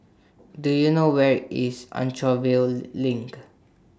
Do YOU know Where IS Anchorvale LINK